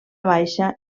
baixa